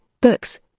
books